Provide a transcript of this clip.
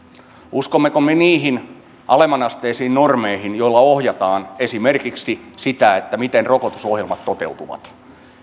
uskommeko me niihin alemmanasteisiin normeihin joilla ohjataan esimerkiksi sitä miten rokotusohjelmat toteutuvat